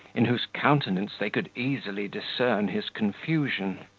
in whose countenance they could easily discern his confusion.